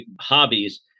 hobbies